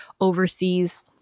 overseas